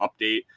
update